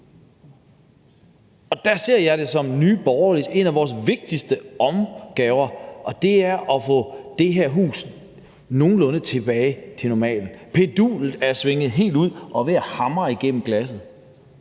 og der ser jeg det som en af Nye Borgerliges vigtigste opgaver at få det her hus nogenlunde tilbage til normalen. Pendulet er svinget helt ud og er ved at hamre igennem glasset,